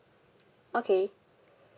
okay